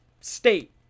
state